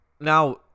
Now